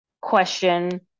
question